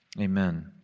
Amen